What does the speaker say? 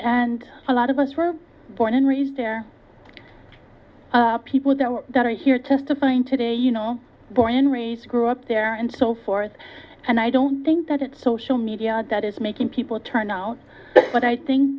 and a lot of us were born and raised there are people there that are here testifying today you know born and raised grew up there and so forth and i don't think that it's social media that is making people turn out but i think